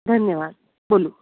धन्यवाद बोलू